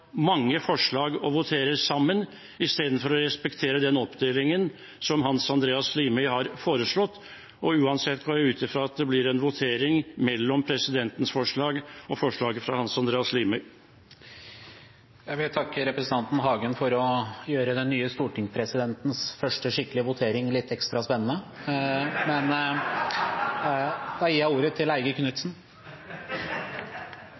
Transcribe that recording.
mange forslag og voterer over dem samlet, istedenfor å respektere den oppdelingen som Hans Andreas Limi har foreslått. Uansett går jeg ut ifra at det blir en votering mellom presidentens forslag og Hans Andreas Limis forslag. Jeg vil takke representanten Hagen for å gjøre den nye stortingspresidentens første skikkelige votering litt ekstra spennende. Representanten Eigil Knutsen har bedt om ordet.